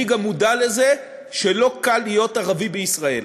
אני גם מודע לזה שלא קל להיות ערבי בישראל.